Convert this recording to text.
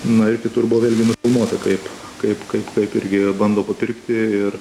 na ir kitur buvo vėlgi nufilmuota kaip kaip kaip irgi bando papirkti ir